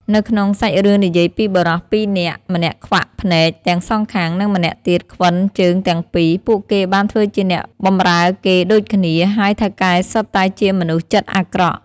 នៅក្នុងសាច់រឿងនិយាយពី បុរសពីរនាក់ ម្នាក់ខ្វាក់ភ្នែកទាំងសងខាង និងម្នាក់ទៀតខ្វិនជើងទាំងពីរ ពួកគេបានធ្វើជាអ្នកបម្រើគេដូចគ្នា ហើយថៅកែសុទ្ធតែជាមនុស្សចិត្តអាក្រក់ ។